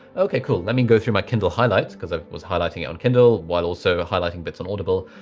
okay, cool. let me go through my kindle highlights cause i was highlighting it on kindle while also highlighting bits on audible.